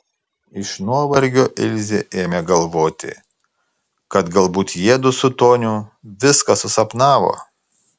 iš nuovargio ilzė ėmė galvoti kad galbūt jiedu su toniu viską susapnavo